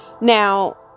now